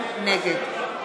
(קוראת